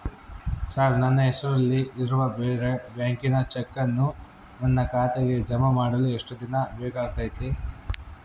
Sir ನನ್ನ ಹೆಸರಲ್ಲಿ ಇರುವ ಬೇರೆ ಬ್ಯಾಂಕಿನ ಚೆಕ್ಕನ್ನು ನನ್ನ ಖಾತೆಗೆ ಜಮಾ ಮಾಡಲು ಎಷ್ಟು ದಿನ ಬೇಕಾಗುತೈತಿ?